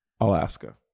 alaska